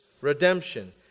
redemption